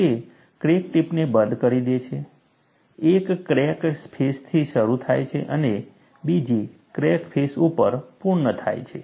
તે ક્રેક ટિપને બંધ કરી દે છે એક ક્રેક ફેસથી શરૂ થાય છે અને બીજી ક્રેક ફેસ ઉપર પૂર્ણ થાય છે